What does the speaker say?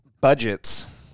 budgets